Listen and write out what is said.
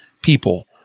people